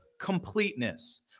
completeness